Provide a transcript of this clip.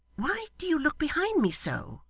why do you look behind me so